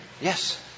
Yes